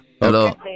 Hello